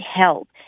help